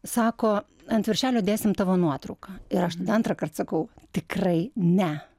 sako ant viršelio dėsim tavo nuotrauką ir aš tada antrąkart sakau tikrai ne